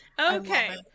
Okay